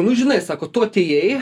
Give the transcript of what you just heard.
nu žinai sako tu atėjai